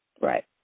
Right